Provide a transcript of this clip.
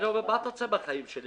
והחניון אומר "מה אתה רוצה מהחיים שלי?